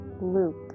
loop